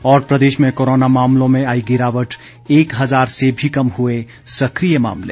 और प्रदेश में कोरोना मामलों में आई गिरावट एक हज़ार से भी कम हुए सक्रिय मामले